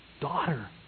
Daughter